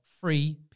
free